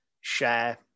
share